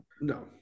No